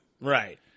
Right